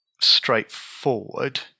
straightforward